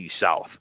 South